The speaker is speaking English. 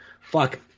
Fuck